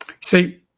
see